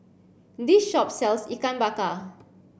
this shop sells Ikan Bakar